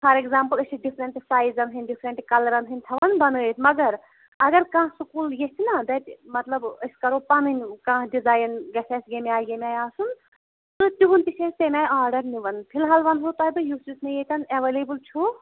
for example أسۍ چھِ different سایزَن ہٕندۍ ڈِفرَنٹ کَلرَن ہٕندۍ تھاوان بَنٲیِتھ مگر اگر کانہہ سکوٗل یژھِ نا دَپہِ مطلب أسۍ کَرو پَنٕنۍ کانہہ ڈِزایِن گَژھِ اَسہِ ییٚمہِ آیہِ ییٚمہِ آیہِ آسُن تہٕ تِہُند تہِ چھِ أسۍ تَمہِ آیہِ آرڈر نِوان فلحال وَنہو تۄہہِ بہٕ یُس یُس مےٚ ییتٮ۪ن ایویلیبٕل چھُ